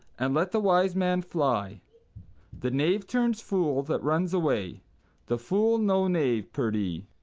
and let the wise man fly the knave turns fool that runs away the fool no knave, perdy.